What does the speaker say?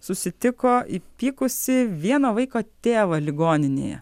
susitiko įpykusį vieno vaiko tėvą ligoninėje